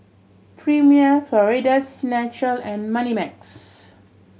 Premier Florida's Natural and Moneymax